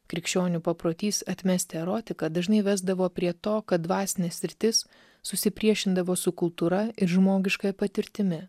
krikščionių paprotys atmesti erotiką dažnai vesdavo prie to kad dvasinė sritis susipriešindavo su kultūra ir žmogiškąja patirtimi